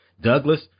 Douglas